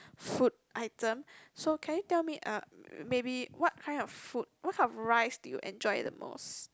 food item so can you tell me uh maybe what kind of food what kind of rice do you enjoy the most